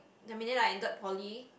the minute I entered poly